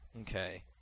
Okay